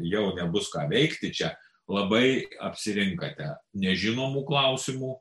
jau nebus ką veikti čia labai apsirinkate nežinomų klausimų